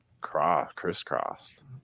crisscrossed